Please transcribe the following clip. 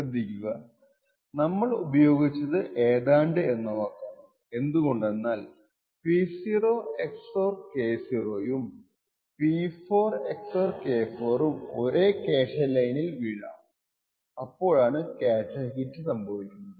ശ്രദ്ധിക്കുക നമ്മൾ ഉപയോഗിച്ചത് ഏതാണ്ട് എന്ന വാക്കാണ് എന്തുകൊണ്ടെന്നാൽ P0 XOR K0 ഉം P4 XOR K4 ഒരേ ക്യാഷെ ലൈനിൽ വീഴാം അപ്പോഴാണ് ക്യാഷെ ഹിറ്റ് സംഭവിക്കുന്നത്